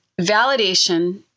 validation